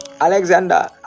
alexander